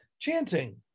Chanting